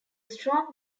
strong